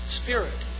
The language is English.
spirit